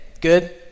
Good